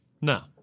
No